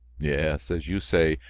yes, as you say,